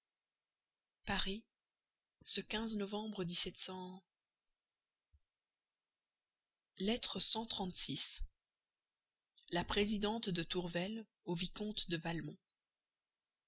paris ce novembre lettre la présidente tourvel au vicomte de